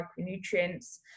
micronutrients